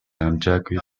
амжаагүй